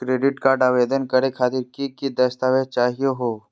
Credit card आवेदन करे खातिर की की दस्तावेज चाहीयो हो?